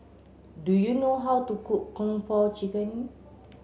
do you know how to cook Kung Po Chicken